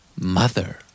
Mother